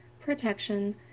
protection